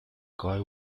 guy